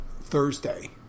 Thursday